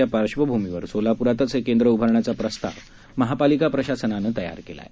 या पार्श्वभूमीवर सोलाप्रातच हे केंद्र उभारण्याचा प्रस्ताव महापालिका प्रशासनाने तयार केला आहे